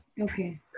Okay